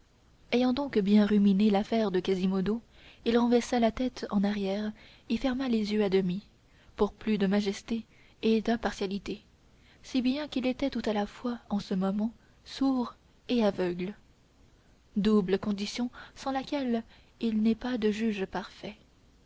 ayant donc bien ruminé l'affaire de quasimodo il renversa sa tête en arrière et ferma les yeux à demi pour plus de majesté et d'impartialité si bien qu'il était tout à la fois en ce moment sourd et aveugle double condition sans laquelle il n'est pas de juge parfait